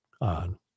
on